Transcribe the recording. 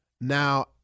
Now